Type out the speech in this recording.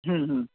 હમ્મ હમ્મ